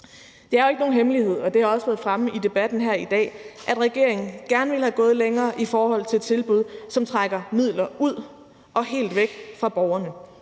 Det er ikke nogen hemmelighed, og det har også været fremme i debatten her i dag, at regeringen gerne ville være gået længere i forhold til tilbud, som trækker midler ud og helt væk fra borgerne.